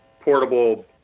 portable